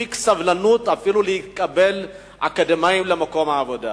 מספיק סובלנות אפילו לקבל אקדמאים למקום העבודה.